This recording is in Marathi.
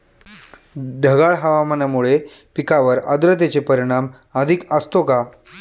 ढगाळ हवामानामुळे पिकांवर आर्द्रतेचे परिणाम अधिक असतो का?